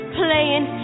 playing